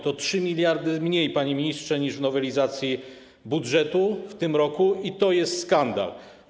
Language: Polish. To o 3 mld mniej, panie ministrze, niż w nowelizacji budżetu w tym roku i to jest skandal.